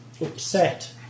upset